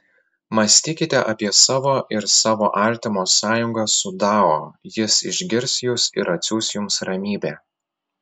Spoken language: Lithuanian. mąstykite apie savo ir savo artimo sąjungą su dao jis išgirs jus ir atsiųs jums ramybę